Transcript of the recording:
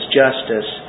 justice